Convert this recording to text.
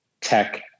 tech